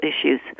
issues